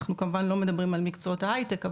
אנחנו כמובן לא מדברים על מקצועות ההייטק,